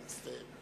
אני מצטער.